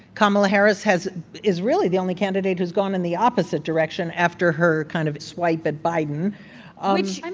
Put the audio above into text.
kamala harris has is really the only candidate who's gone in the opposite direction after her kind of swipe at biden ah which, and